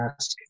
ask